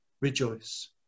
rejoice